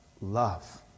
love